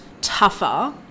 tougher